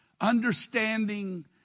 Understanding